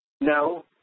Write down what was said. No